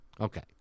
Okay